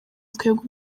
twebwe